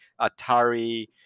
Atari